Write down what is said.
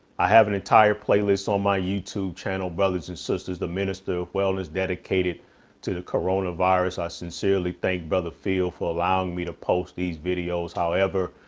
i have an entire playlist on my youtube channel, brothers and sisters, the minister of wellness dedicated to the corona virus. i sincerely thank brother field for allowing me to post these videos. however,